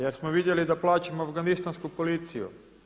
Jer smo vidjeli da plaćamo afganistansku policiju.